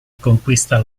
conquista